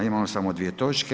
Imamo samo dvije točke.